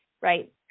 Right